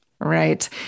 Right